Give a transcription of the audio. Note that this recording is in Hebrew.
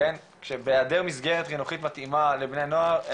כשבהיעדר מסגרת חינוכית מתאימה לבני נוער,